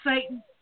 Satan